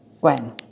Gwen